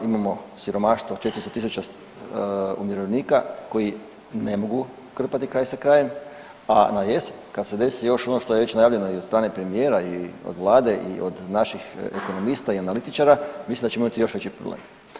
Imamo siromaštvo 400.000 umirovljenika koji ne mogu krpati kraj sa krajem, a na jesen kad se desi još ono što je već najavljeno i od strane premijera i od vlade i od naših ekonomista i analitičara mislim da ćemo imati još veći problem.